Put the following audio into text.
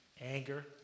anger